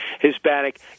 Hispanic